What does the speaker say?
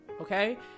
Okay